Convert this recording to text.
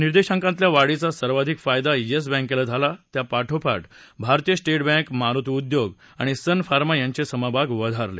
निर्देशांकातल्या वाढीचा सर्वाधिक फायदा येस बँकेला झाला त्या पाठोपाठ भारतीय स्टेट बँक मारुती उद्योग आणि सन फार्मा यांचे समभाग वधारले